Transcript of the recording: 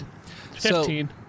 fifteen